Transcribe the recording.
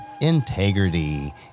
integrity